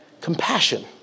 compassion